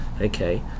Okay